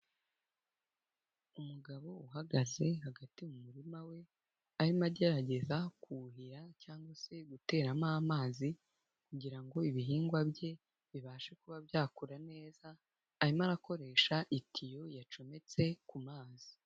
Umugabo uhagaze hagati mu murima we, arimo agerageza kuhira cyangwa se guteramo amazi, kugira ngo ibihingwa bye bibashe kuba byakura neza, arimo arakoresha itiyo yacometse ku mazi.